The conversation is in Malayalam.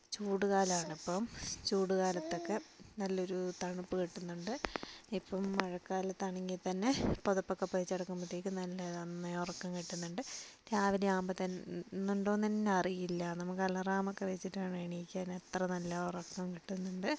ചൂടുകാലം ആണ് ഇപ്പം ചൂടുകാലത്തൊക്കെ നല്ലൊരു തണുപ്പ് കിട്ടുന്നുണ്ട് ഇപ്പം മഴക്കാലത്ത് ആണെങ്കിൽ തന്നെ പുതപ്പ് ഒക്കെ പുതച്ച് കിടക്കുമ്പോഴത്തേക്കും നല്ല നന്നായി ഉറക്കം കിട്ടുന്നുണ്ട് രാവിലെ ആകുമ്പോൾ ഉണ്ടോയെന്ന് തന്നെ അറിയില്ല നമുക്ക് അലറാം ഒക്കെ വച്ചിട്ട് വേണം എണീക്കാൻ എത്ര നല്ല ഉറക്കം കിട്ടുന്നുണ്ട്